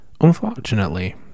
Unfortunately